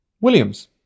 Williams